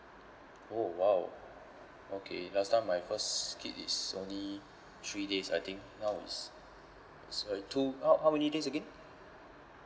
oh !wow! okay last time my first kid is only three days I think now it's sorry two ho~ how many days again